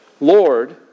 Lord